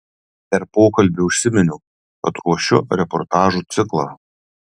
per pokalbį užsiminiau kad ruošiu reportažų ciklą